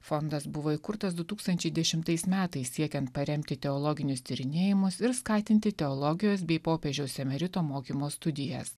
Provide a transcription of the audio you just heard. fondas buvo įkurtas du tūkstančiai dešimtais metais siekiant paremti teologinius tyrinėjimus ir skatinti teologijos bei popiežiaus emerito mokymo studijas